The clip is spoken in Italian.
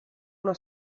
una